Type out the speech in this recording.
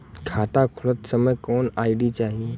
खाता खोलत समय कौन आई.डी चाही?